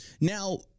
Now